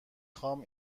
خوام